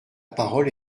parole